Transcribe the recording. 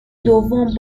دوم